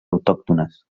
autòctones